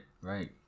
right